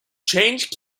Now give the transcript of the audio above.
change